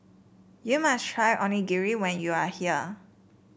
you must try Onigiri when you are here